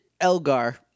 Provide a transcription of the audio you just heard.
Elgar